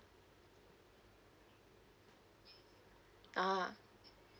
ah